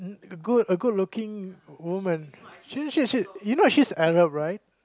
a good a good looking woman shit shit shit you know she's Arab right